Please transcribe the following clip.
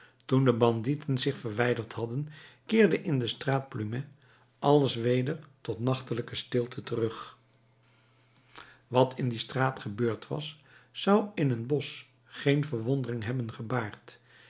toen de bandieten zich verwijderd hadden keerde in de straat plumet alles weder tot nachtelijke stilte terug wat in die straat gebeurd was zou in een bosch geen verwondering hebben gebaard